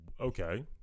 okay